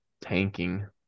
tanking